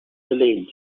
delayed